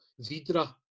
Vidra